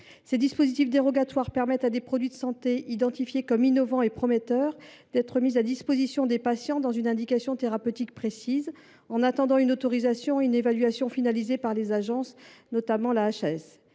Ces dispositifs dérogatoires permettent à des produits de santé, identifiés comme innovants et prometteurs, d’être mis à disposition des patients dans une indication thérapeutique précise, en attendant une autorisation et une évaluation finalisée par les agences, notamment la HAS.